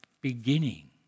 beginning